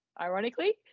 ironically